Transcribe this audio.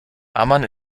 amman